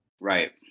Right